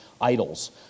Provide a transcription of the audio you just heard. idols